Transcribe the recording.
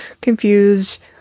confused